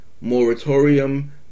moratorium